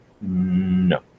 No